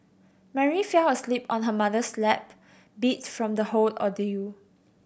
Mary fell asleep on her mother's lap beat from the whole ordeal